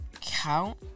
count